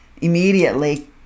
immediately